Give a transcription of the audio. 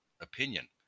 opinion